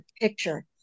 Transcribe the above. picture